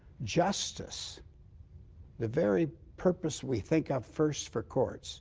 justice the very purpose we think of first for courts